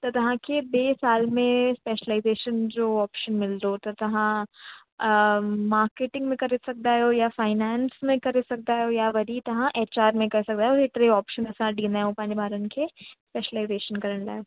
त तव्हांखे ॿिए साल में स्पेशलाईजेशन जो ऑपशन मिलंदो त तव्हां मार्केटिंग में करे सघंदा आहियो या फ़ाइनेंस में करे सघंदा आहियो या वरी तव्हां एच आर में करे सघंदा आहियो हेतिरे ऑपशन असां ॾींदा आहियूं पंहिंजे ॿारनि खे स्पेशलाईजेशन करण लाइ